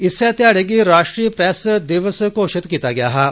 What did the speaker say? इस्सै ध्याड़े गी राष्ट्री प्रैस दिवस घोषित कीता गेआ हा